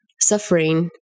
suffering